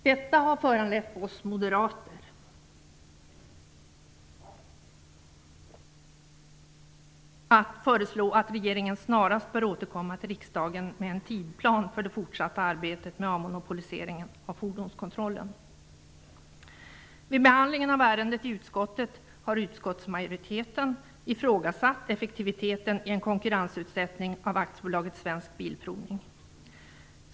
Detta har föranlett oss moderater att föreslå att regeringen snarast bör återkomma till riksdagen med en tidsplan för det fortsatta arbetet med avmonopoliseringen av fordonskontrollen. Vid behandlingen av ärendet i utskottet har utskottsmajoriteten ifrågasatt effektiviteten i en konkurrensutsättning av AB Svensk Bilprovning.